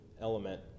element